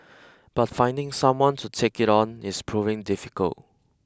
but finding someone to take it on is proving difficult